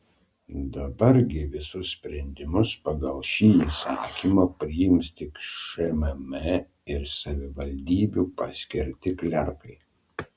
dabar gi visus sprendimus pagal šį įsakymą priims tik šmm ir savivaldybių paskirti klerkai